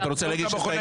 אתה רוצה להגיש הסתייגות?